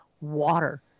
water